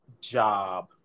job